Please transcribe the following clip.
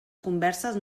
converses